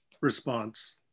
response